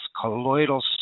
Colloidal